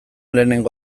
lehenengo